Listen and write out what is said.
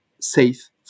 safe